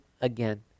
again